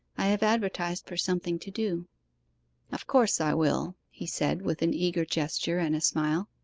i have advertised for something to do of course i will he said, with an eager gesture and smile.